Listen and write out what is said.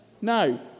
No